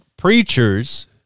Preachers